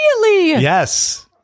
Yes